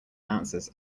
answers